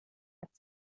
hat